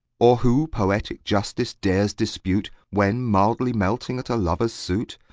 or who poetic justice dares dispute, when, mildly melting at a lover's suit,